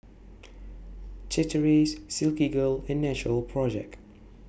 Chateraise Silkygirl and Natural Project